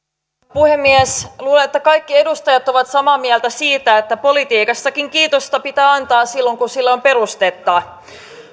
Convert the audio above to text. puhemies luulen että kaikki edustajat ovat samaa mieltä siitä että politiikassakin kiitosta pitää antaa silloin kun sille on perustetta